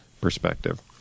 perspective